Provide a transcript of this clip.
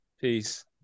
Peace